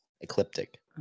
Ecliptic